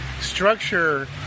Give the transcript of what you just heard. structure